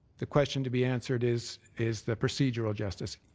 the question to be answered is is the procedural justice.